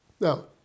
Now